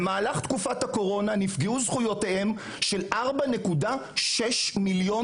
במהלך תקופת הקורונה נפגעו זכויותיהם של 4.6 מיליון